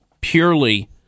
purely